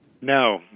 No